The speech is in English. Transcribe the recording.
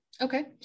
okay